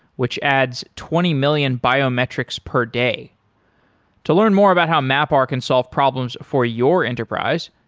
which adds twenty million biometrics per day to learn more about how mapr can solve problems for your enterprise,